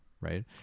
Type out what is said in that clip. Right